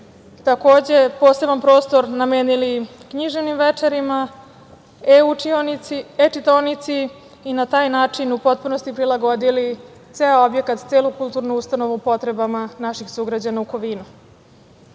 Takođe, poseban prostor smo namenili književnim večerima, e-čitaonici i na taj način u potpunosti prilagodili ceo objekat, celu kulturnu ustanovu potrebama naših sugrađana u Kovinu. Ono